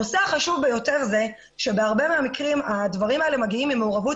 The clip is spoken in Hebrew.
הנושא החשוב ביותר הוא שבהרבה מהמקרים הדברים האלה מגיעים עם מעורבים